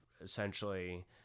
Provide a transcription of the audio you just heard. essentially